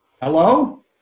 hello